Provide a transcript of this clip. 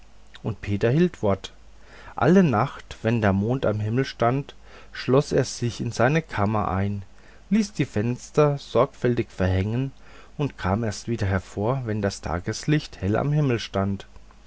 und peter hielt wort alle nacht wenn der mond am himmel stand schloß er sich in seine kammer ein ließ die fenster sorgfältig verhängen und kam erst wieder hervor wenn das tageslicht hell am himmel stand